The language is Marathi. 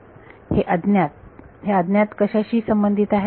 हे अज्ञात हे अज्ञात कशाशी संबंधित आहेत